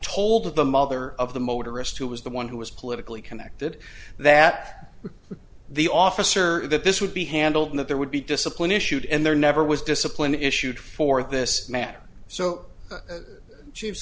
told of the mother of the motorist who was the one who was politically connected that the officer that this would be handled that there would be discipline issued and there never was discipline issued for this matter so she